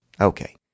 Okay